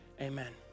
Amen